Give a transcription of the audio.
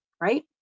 right